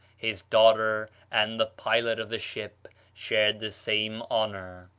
his daughter, and the pilot of the ship shared the same honor.